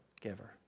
giver